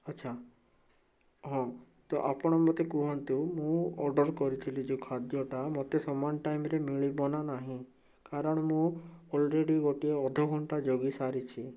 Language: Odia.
ଆଛା ହଁ ତ ଆପଣ ମୋତେ କୁହନ୍ତୁ ମୁଁ ଅର୍ଡ଼ର୍ କରିଥିଲି ଯେଉଁ ଖାଦ୍ୟଟା ମୋତେ ସମାନ ଟାଇମ୍ରେ ମିଳିବ ନା ନାହିଁ କାରଣ ମୁଁ ଅଲରେଡ଼ି ଗୋଟିଏ ଅଧଘଣ୍ଟା ଜଗିସାରିଛି